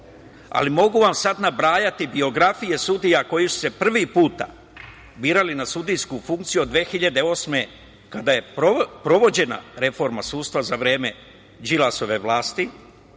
ali mogu vam sad nabrajati biografije sudija koji su se prvi put birali na sudijsku funkciju od 2008. godine kada je provođena reforma sudstva za vreme Đilasove vlasti,